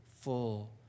full